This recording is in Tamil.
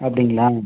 அப்படிங்களா